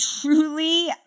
truly